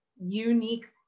unique